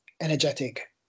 energetic